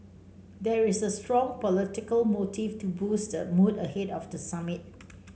there is a strong political motive to boost the mood ahead of the summit